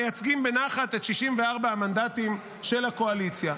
מייצגים בנחת את 64 המנדטים של הקואליציה.